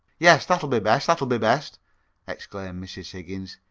yes, that'll be best, that'll be best exclaimed mrs. higgins.